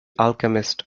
alchemist